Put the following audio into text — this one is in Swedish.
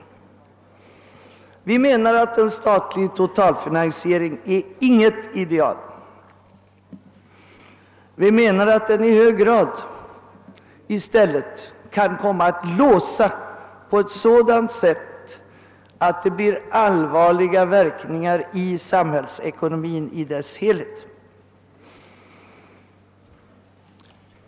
Vi menar att en statlig totalfinansiering inte är något ideal. Vi menar att den i stället i hög grad kan komma att låsa på ett sådant sätt att det blir allvarliga verkningar i samhällsekonomin i dess helhet.